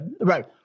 Right